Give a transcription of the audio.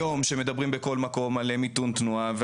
היום כשמדברים בכל מקום על מיתון תנועה,